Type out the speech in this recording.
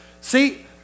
See